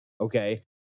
Okay